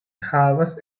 havas